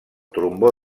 trombó